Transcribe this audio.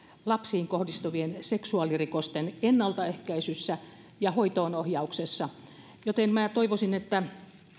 lapsiin kohdistuvien seksuaalirikosten ennaltaehkäisyssä ja hoitoonohjauksessa toivoisin että